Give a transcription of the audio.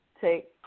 take